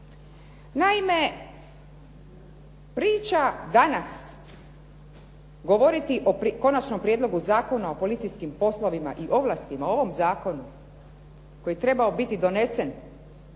Naime, priča danas govoriti o Konačnom prijedlogu Zakona o policijskim poslovima i ovlastima u ovom zakonu koji je trebao biti donesen